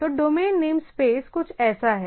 तो domain name space कुछ ऐसा है